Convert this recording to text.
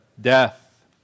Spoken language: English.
Death